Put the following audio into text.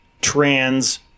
trans